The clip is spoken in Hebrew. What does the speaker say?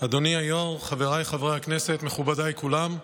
אדוני היושב-ראש, חבריי חברי הכנסת, מכובדיי כולם,